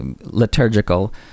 liturgical